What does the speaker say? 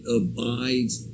abides